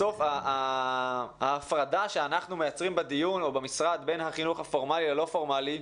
בסוף ההפרדה שאנחנו יוצרים במשרד בין החינוך הפורמלי ללא פורמלי,